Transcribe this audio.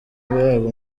yabo